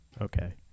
Okay